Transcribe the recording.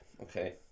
Okay